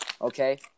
okay